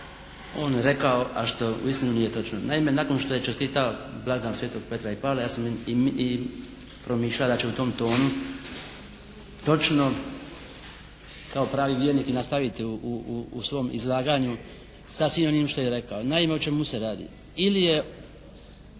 on rekao, a što uistinu nije točno. Naime nakon što je čestitao blagdan sv. Petra i Pavla ja sam i promišljao da će u tom tonu točno kao pravni vjernik i nastaviti u svom izlaganju sa svim onim što je rekao. Naime, o čemu se radi.